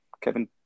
Kevin